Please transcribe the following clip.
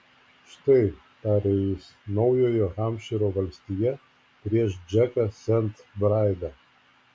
štai tarė jis naujojo hampšyro valstija prieš džeką sent braidą